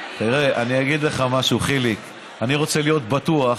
אני אגיד לך משהו, חיליק: אני רוצה להיות בטוח.